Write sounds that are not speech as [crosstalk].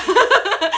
[laughs]